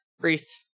Reese